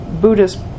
Buddhist